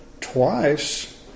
twice